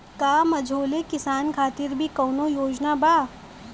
का मझोले किसान खातिर भी कौनो योजना बा?